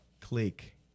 click